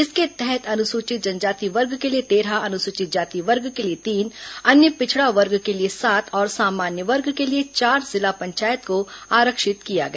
इसके तहत अनुसूचित जनजाति वर्ग के लिए तेरह अनुसूचित जाति वर्ग के लिए तीन अन्य पिछड़ा वर्ग के लिए सात और सामान्य वर्ग के लिए चार जिला पंचायत को आरक्षित किया गया